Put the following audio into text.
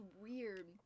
weird